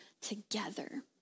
together